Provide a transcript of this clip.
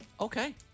Okay